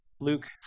Luke